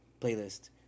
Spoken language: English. playlist